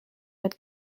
had